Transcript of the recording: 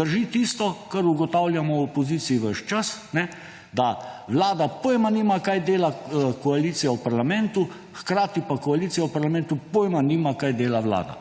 drži tisto, kar ugotavljamo v opoziciji ves čas – da Vlada pojma nima, kaj dela koalicija v parlamentu, hkrati pa koalicija v parlamentu pojma nima, kaj dela Vlada.